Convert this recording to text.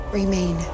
remain